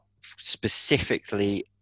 specifically